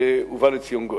ובא לציון גואל.